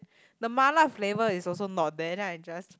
the mala flavour is also not there then I just